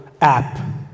app